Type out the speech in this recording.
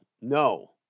No